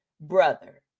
brother